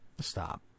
Stop